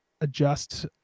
adjust